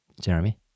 Jeremy